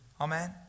Amen